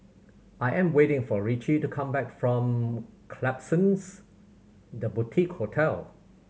I am waiting for Ritchie to come back from Klapsons The Boutique Hotel